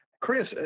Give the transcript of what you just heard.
Chris